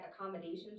accommodations